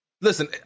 Listen